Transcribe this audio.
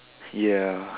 ya